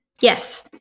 yes